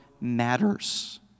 matters